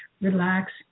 relax